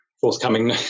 forthcoming